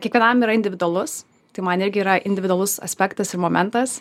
kiekvienam yra individualus tai man irgi yra individualus aspektas ir momentas